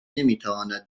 نمیتواند